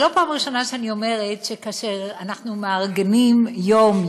זו לא הפעם הראשונה שאני אומרת שכאשר אנחנו מארגנים יום,